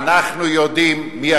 אנחנו יודעים מי ביצע אותם.